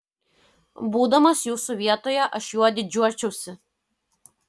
būdamas jūsų vietoje aš juo didžiuočiausi